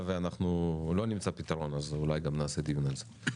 ואנחנו לא נמצא פתרון אז אולי גם נעשה דיון על זה.